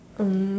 um